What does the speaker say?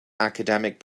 academic